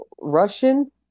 Russian